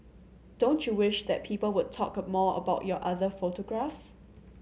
don't you wish that people would talk more about your other photographs